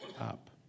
up